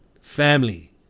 Family